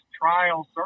trial